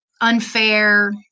unfair